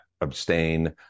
abstain